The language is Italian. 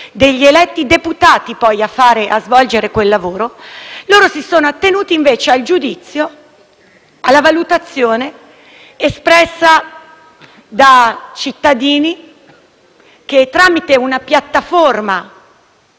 alla valutazione espressa da cittadini che, tramite una piattaforma gestita da chissà chi, hanno detto che questa autorizzazione non ci doveva essere.